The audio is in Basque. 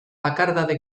bakardade